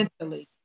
mentally